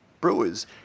brewers